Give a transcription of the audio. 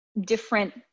different